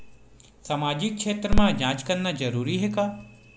सामाजिक क्षेत्र म जांच करना जरूरी हे का?